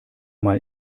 mal